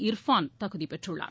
இர்ஃபான் தகுதி பெற்றுள்ளார்